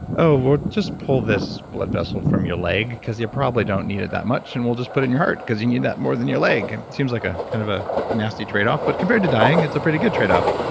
ah we'll just pull this blood vessel from your leg because you probably don't need it that much and we'll just put it in your heart because you need that more than your leg. it seems like ah kind of a nasty trade-off, but compared to dying it's a pretty good trade-off.